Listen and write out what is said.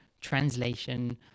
translation